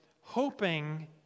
hoping